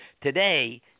Today